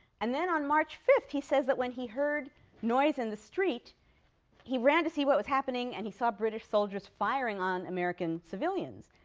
and then on march five, he says that when he heard noise in the street he ran to see what was happening, and he saw british soldiers firing on american civilians,